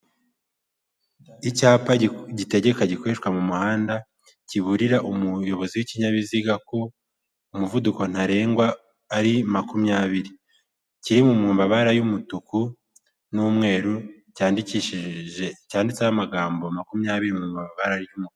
Icyapa gitegeka gikoreshwa mu muhanda, kiburira umuyobozi w'ikinyabiziga ko umuvuduko ntarengwa ari makumyabiri. Kiri mu mabara y'umutuku n'umweru cyandikishije cyanditseho amagambo makumyabiri mu mabara.